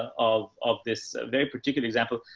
of, of this very particular example.